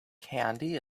kandy